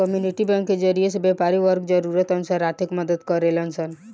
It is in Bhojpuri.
कम्युनिटी बैंक के जरिए से व्यापारी वर्ग जरूरत अनुसार आर्थिक मदद प्राप्त करेलन सन